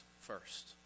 first